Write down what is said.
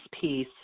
piece